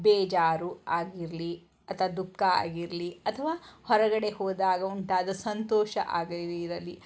ಬೇಜಾರು ಆಗಿರಲಿ ಅಥ್ವಾ ದುಃಖ ಆಗಿರಲಿ ಅಥವಾ ಹೊರಗಡೆ ಹೋದಾಗ ಉಂಟಾದ ಸಂತೋಷ ಆಗಿ ಇರಲಿ